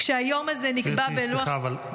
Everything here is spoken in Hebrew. כשהיום הזה נקבע בלוח --- גברתי, סליחה, אבל.